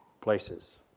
places